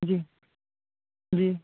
जी जी